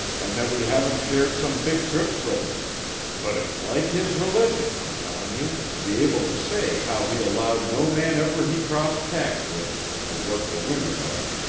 and that we haven't shared some big trips with him but it is like his religion, i'm telling you, to be able to say how he allowed no man ever he crossed tacks with to work to wind'ard of him.